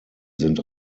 sind